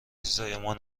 زایمان